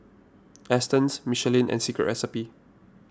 Astons Michelin and Secret Recipe